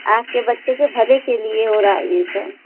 आपके बच्चे के भले के लिए हो रहा है यह सब